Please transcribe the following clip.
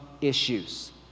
issues